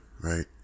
right